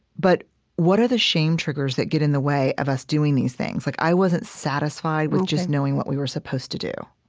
but what are the shame triggers that get in the way of us doing these things? like i wasn't satisfied with just knowing what we were supposed to do.